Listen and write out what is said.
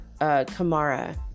Kamara